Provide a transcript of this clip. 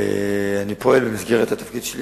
ואני פועל במסגרת התפקיד שלי,